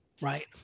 Right